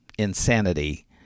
insanity